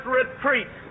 retreat